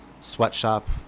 sweatshop